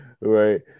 Right